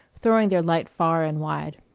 throwing their light far and wide.